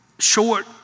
short